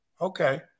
okay